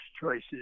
choices